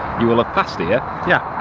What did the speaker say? you will look passed here. yeah.